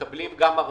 מקבלים גם ארנונה.